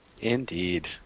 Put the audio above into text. Indeed